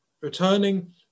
returning